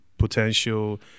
potential